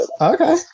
Okay